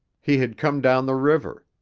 he had come down the river.